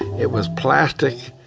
it was plastic,